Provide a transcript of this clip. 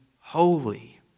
holy